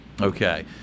Okay